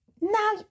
now